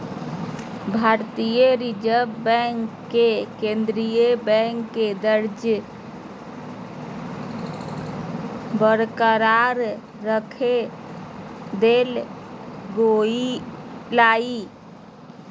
भारतीय reserve bank के केंद्रीय बैंक के दर्जा बरकरार रख देल गेलय